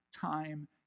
time